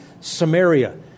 Samaria